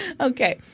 Okay